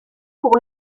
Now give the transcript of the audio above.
pour